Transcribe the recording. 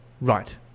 Right